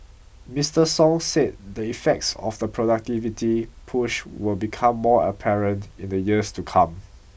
Mister Song said the effects of the productivity push will become more apparent in the years to come